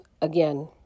again